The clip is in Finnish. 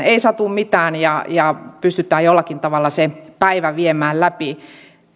ei satu mitään ja ja pystytään jollakin tavalla se päivä viemään läpi